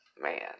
man